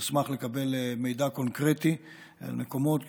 אשמח לקבל מידע קונקרטי על מקומות,